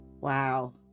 Wow